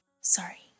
Sorry